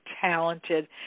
talented